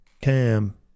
cam